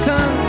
Sun